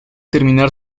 terminar